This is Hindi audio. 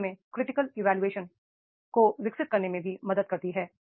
शिक्षा हमें क्रिटिकल इवैल्यूएशन को विकसित करने में भी मदद करती है